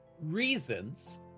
reasons